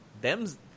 them's